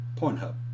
Pornhub